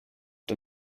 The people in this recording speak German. der